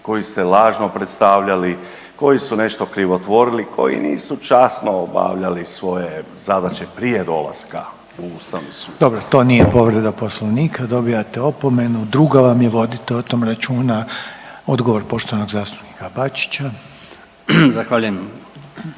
koji su se lažno predstavljali, koji su nešto krivotvorili, koji nisu časno obavljali svoje zadaće prije dolaska u Ustavni sud. **Reiner, Željko (HDZ)** Dobro, to nije povreda Poslovnika, dobijate opomenu, druga vam je vodite o tom računa. Odgovor poštovanog zastupnika Bačića. **Bačić,